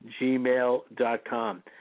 gmail.com